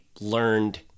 learned